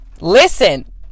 listen